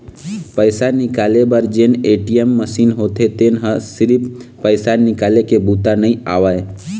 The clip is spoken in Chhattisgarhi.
पइसा निकाले बर जेन ए.टी.एम मसीन होथे तेन ह सिरिफ पइसा निकाले के बूता नइ आवय